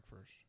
first